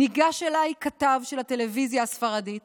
ניגש אליי כתב של הטלוויזיה הספרדית